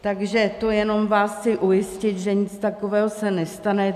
Takže to jenom vás chci ujistit, že nic takového se nestane.